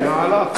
זה מהלך.